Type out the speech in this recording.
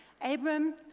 Abram